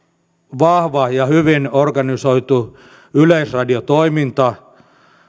vahva ja hyvin organisoitu yleisradiotoiminta